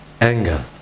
anger